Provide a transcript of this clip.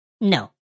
No